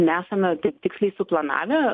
nesame taip tiksliai suplanavę